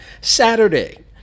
Saturday